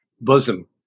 bosom